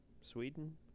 sweden